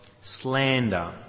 Slander